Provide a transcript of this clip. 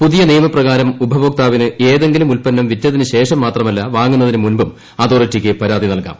പുതിയ നിയമ പ്രകാരൂ ഉപഭോക്താവിന് ഏതെങ്കിലും ഉൽപന്നം വിറ്റതിന് ശേഷം മാത്ര്മല്ല് വാങ്ങുന്നതിന് മുമ്പും അതോറിട്ടിക്ക് പരാതി നൽകാം